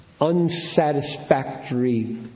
Unsatisfactory